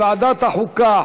לוועדת החוקה,